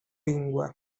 lingua